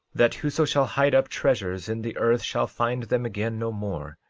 that whoso shall hide up treasures in the earth shall find them again no more,